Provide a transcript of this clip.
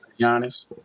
Giannis